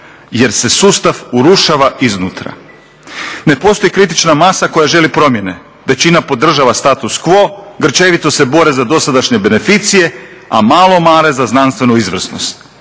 jer se sustav urušava iznutra. Ne postoji kritična masa koja želi promjene. Većina podržava status quo, grčevito se bore za dosadašnje beneficije, a malo mare za znanstvenu izvrsnost.